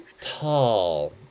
Tall